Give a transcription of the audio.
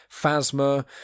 Phasma